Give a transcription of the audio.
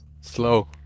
slow